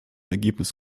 ergebnis